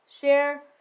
share